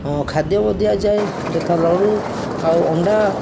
ହଁ ଖାଦ୍ୟ ଦିଆଯାଏ ଯଥା ଲଡ଼ୁ ଆଉ ଅଣ୍ଡା